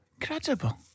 Incredible